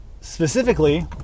specifically